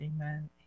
Amen